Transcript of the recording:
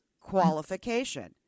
qualification